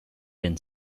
been